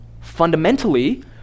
Fundamentally